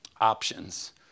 options